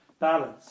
balance